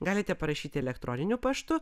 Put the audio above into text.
galite parašyti elektroniniu paštu